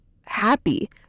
happy